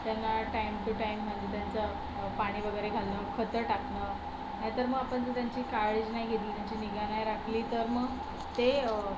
त्यांना time to time म्हणजे त्यांचं पाणी वगैरे घालणं खतं टाकणं नाहीतर मग आपण जर त्यांची काळजी नाही घेतली त्यांची निगा नाही राखली तर मग ते